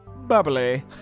bubbly